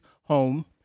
home